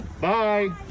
Bye